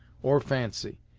or fancy.